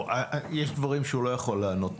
יש דברים שהוא לא יכול לענות,